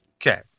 Okay